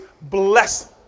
bless